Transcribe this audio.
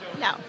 No